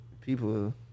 people